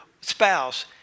spouse